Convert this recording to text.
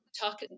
talk